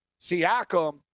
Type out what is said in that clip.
Siakam